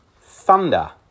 thunder